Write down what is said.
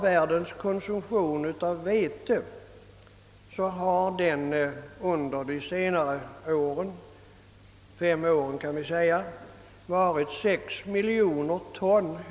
Världens konsumtion av vete har under de senaste fem åren överstigit produktionen med över 6 miljoner ton.